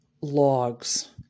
logs